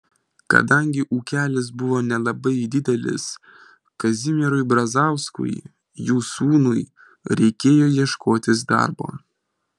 kadangi ūkelis buvo nelabai didelis kazimierui brazauskui jų sūnui reikėjo ieškotis darbo